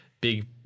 Big